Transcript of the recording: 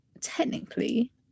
technically